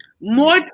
More